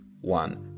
one